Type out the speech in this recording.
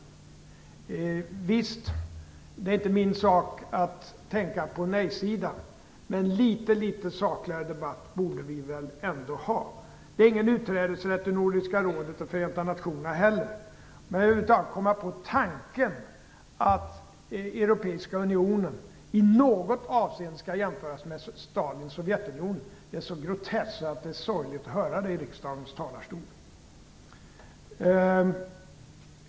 Det är visserligen inte min sak att tänka på nejsidans argumentation, men en litet sakligare debatt borde vi väl ändå ha. Det finns inte någon rätt till utträde ur Förenta nationerna eller Nordiska rådet heller. Att någon över huvud taget kommer på tanken att Europeiska unionen i något avseende skall jämföras med Stalins Sovjetunionen är så groteskt att det är sorgligt att få höra det från kammarens talarstol.